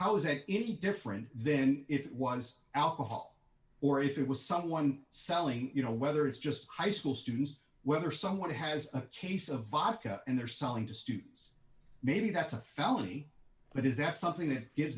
how is it any different then if it was alcohol or if it was someone selling you know whether it's just high school students whether someone has a case of vodka and they're selling to students maybe that's a felony but is that something that gives